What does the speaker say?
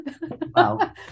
Wow